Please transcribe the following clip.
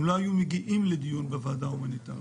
הם לא היו מגיעים לדיון בוועדה ההומניטרית.